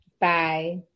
bye